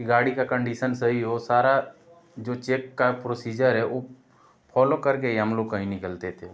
कि गाड़ी का कंडीसन सही हो सारा जो चेक का प्रोसीजर है वो फ़ॉलो करके ही हम लोग कहीं निकलते थे